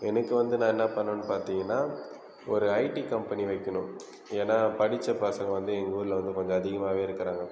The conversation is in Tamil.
எனக்கு வந்து நான் என்னால் பண்ணணு பார்த்தீங்கன்னா ஒரு ஐடி கம்பெனி வைக்கணும் ஏன்னால் படித்த பசங்க வந்து எங்கள் ஊரில் வந்து கொஞ்சம் அதிகமாகவே இருக்கிறாங்க